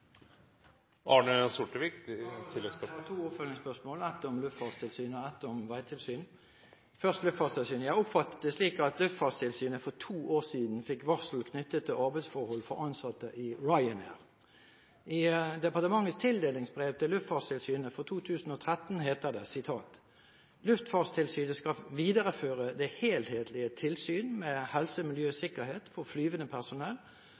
to oppfølgingsspørsmål – ett om Luftfartstilsynet og ett om Vegtilsynet. Først Luftfartstilsynet: Jeg oppfattet det slik at Luftfartstilsynet for to år siden fikk varsel knyttet til arbeidsforhold for ansatte i Ryanair. I departementets tildelingsbrev til Luftfartstilsynet for 2013 heter det: «Luftfartstilsynet skal videreføre det helhetlige tilsynet med HMS for flygende personell, og